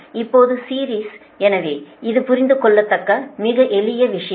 இப்போது சீரிஸ் எனவே இது புரிந்துகொள்ளத்தக்க மிக எளிய விஷயம்